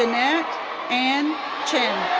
jeannette anne chen.